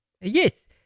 Yes